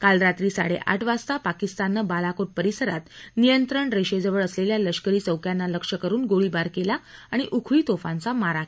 काल रात्री साडेआठ वाजता पाकिस्ताननं बालाकोट परिसरात नियंत्रण रेषेजवळ असलेल्या लष्करी चौक्यांना लक्ष्य करून गोळीबार आणि उखळी तोफांचा मारा केला